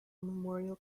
memorial